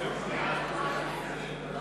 סעיפים 1 3